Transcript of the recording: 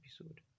episode